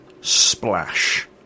splash